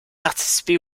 participé